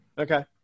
Okay